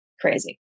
crazy